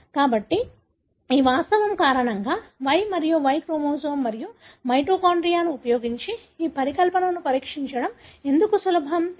కాబట్టి ఈ వాస్తవం కారణంగా Y మరియు Y క్రోమోజోమ్ మరియు మైటోకాండ్రియా ఉపయోగించి ఈ పరికల్పనను పరీక్షించడం ఎందుకు సులభం